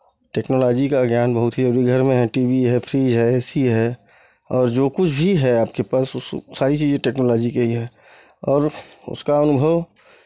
technology का ज्ञान बहुत ही ज़रूरी अभी घर में टी वी है फ्रीज़ है ए सी है और जो कुछ भी है आपके पास वो सारी चीज़ें टेक्नोलॉजी की ही है अब उसका अनुभव